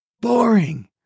boring